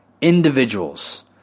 individuals